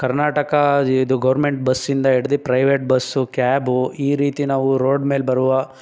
ಕರ್ನಾಟಕ ಇದು ಗೋರ್ಮೆಂಟ್ ಬಸ್ಸಿಂದ ಹಿಡ್ದಿ ಪ್ರೈವೇಟ್ ಬಸ್ಸು ಕ್ಯಾಬು ಈ ರೀತಿ ನಾವು ರೋಡ್ ಮೇಲೆ ಬರುವ